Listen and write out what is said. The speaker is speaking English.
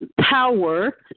power